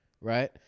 right